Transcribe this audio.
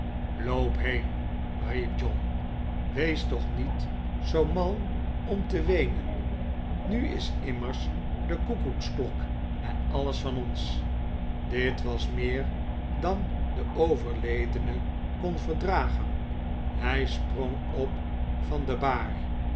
loop heen riep john wees toch niet zoo mal om te weenen nu is immers de koekoeks klok en alles van ons dit was meer dan de overledene kon verdragen hij sprong op van de baar